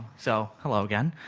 so, hello again.